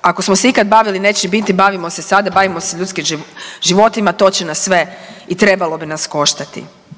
ako smo se ikad bavili nečim bitnim, bavimo se sada, bavimo se ljudskim životima to će nas sve i trebalo bi nas koštati.